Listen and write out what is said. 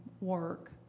work